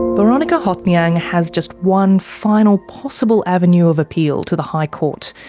boronika hothnyang has just one final possible avenue of appeal, to the high court,